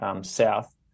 south